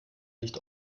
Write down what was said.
nicht